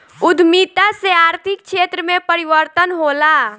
उद्यमिता से आर्थिक क्षेत्र में परिवर्तन होला